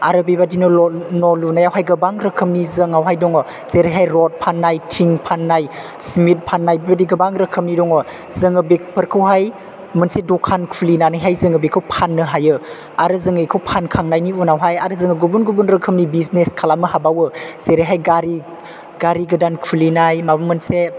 आरो बेबायदिनो न' लुनायावहाय गोबां रोखोमनि जोंनावहाय दङ जेरैहाय रद फाननाय थिं फाननाय सिमेन्ट फाननाय बेबायदि रोखोमनि दङ जों बेफोरखौहाय मोनसे दखान खुलिनानैहाय जों बेखौ फाननो हायो आरो जों बेखौ फानखांनायनि उनावहाय आरो जों गुबुन गुबुन रोखोमनि बिजिनेस खालाममो हाबावो जेरैहाय गारि गारि गोदान खुलिनाय माबा मोनसे